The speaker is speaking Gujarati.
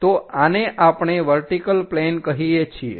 તો આને આપણે વર્ટીકલ પ્લેન કહીએ છીએ